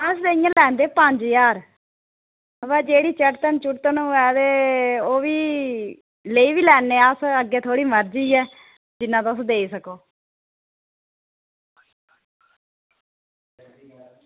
अस इंया लैंदे पंज ज्हार बाऽ जेह्ड़ी चढ़तल होऐ ते ओह्बी लेई बी लैन्ने अस बाऽ अग्गें थुआढ़ी मर्ज़ी ऐ जिन्ना तुस देई सको